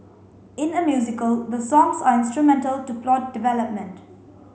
in a musical the songs are instrumental to plot development